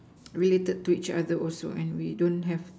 related to each other also and we don't have